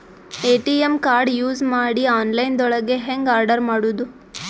ATM card use ಮಾಡಿ online ದೊಳಗೆ ಹೆಂಗ್ ಆರ್ಡರ್ ಮಾಡುದು?